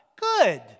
Good